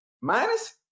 Minus